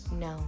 no